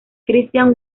christian